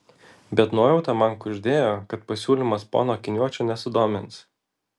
bet nuojauta man kuždėjo kad pasiūlymas pono akiniuočio nesudomins